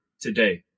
today